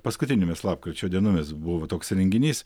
paskutinėmis lapkričio dienomis buvo toks renginys